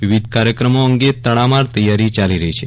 વિવિધ કાર્યક્રમો અંગે તડામાર તૈયારી ચાલી રહી છે